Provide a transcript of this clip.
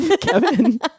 Kevin